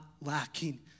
lacking